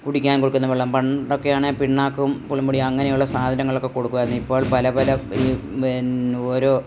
കുടിക്കാൻ കൊടുക്കുന്ന വെള്ളം പണ്ടൊക്കെ ആണെങ്കിൽ പിണ്ണാക്കും പൂളും പൊടി അങ്ങനെയുള്ള സാധനങ്ങളൊക്കെ കൊടുക്കുവായിരുന്നു ഇപ്പോൾ പല പല പിന്നെ ഓരോ